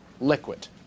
liquid